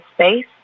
space